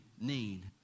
need